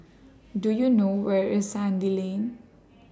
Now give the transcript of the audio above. Do YOU know Where IS Sandy Lane